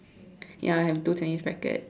ya I have two tennis racket